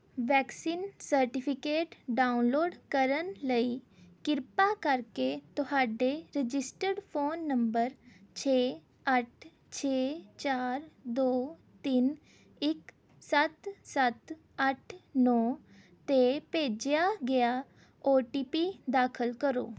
vaccine certificate download ਕਰਨ ਲਈ ਕਿਰਪਾ ਕਰਕੇ ਤੁਹਾਡੇ ਰਜਿਸਟਰਡ ਫ਼ੋਨ ਨੰਬਰ ਛੇ ਅੱਠ ਛੇ ਚਾਰ ਦੋ ਤਿੰਨ ਇੱਕ ਸੱਤ ਸੱਤ ਅੱਠ ਨੌਂ 'ਤੇ ਭੇਜਿਆ ਗਿਆ ਓ ਟੀ ਪੀ ਦਾਖਲ ਕਰੋ